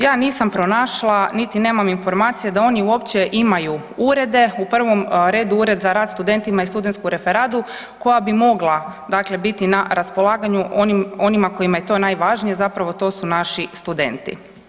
Ja nisam pronašla niti nemam informacije da oni uopće imaju urede, u prvom redu ured za rad sa studentima i studentsku referadu koja bi mogla dakle biti na raspolaganju onima kojima je to najvažnije, zapravo to su naši studenti.